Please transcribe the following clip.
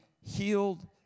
healed